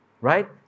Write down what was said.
Right